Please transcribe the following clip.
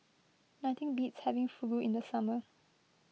nothing beats having Fugu in the summer